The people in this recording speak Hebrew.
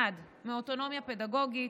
1. מאוטונומיה פדגוגית,